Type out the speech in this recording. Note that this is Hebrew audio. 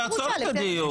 צריך לעצור את הדיון.